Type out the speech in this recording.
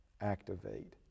activate